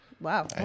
Wow